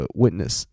witness